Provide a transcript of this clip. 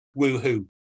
woohoo